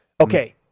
Okay